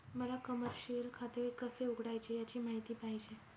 मला कमर्शिअल खाते कसे उघडायचे याची माहिती पाहिजे